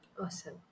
Awesome